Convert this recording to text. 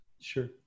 sure